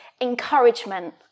encouragement